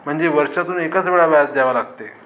म्हणजे वर्षातून एकाच वेळा व्याज द्यावं लागते